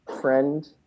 friend